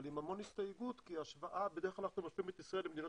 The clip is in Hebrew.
אבל עם המון הסתייגות כי בדרך כלל אנחנו משווים את ישראל למדינות